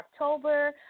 October